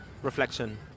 Reflection